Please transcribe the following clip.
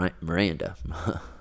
Miranda